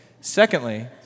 Secondly